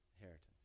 inheritance